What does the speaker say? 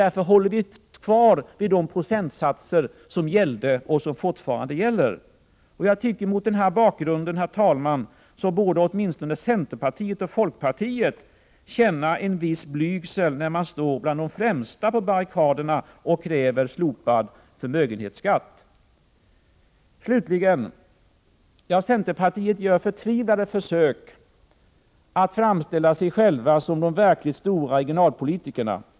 Därför höll ni kvar de procentsiffror som gällde och som fortfarande gäller. Mot den bakgrunden tycker jag, herr talman, att åtminstone centerpartisterna och folkpartisterna borde känna en viss blygsel, när de står bland de främsta på barrikaderna och kräver slopad förmögenhetsskatt. Slutligen: Centerpartisterna gör förtvivlade försök att framställa sig själva som de verkligt stora regionalpolitikerna.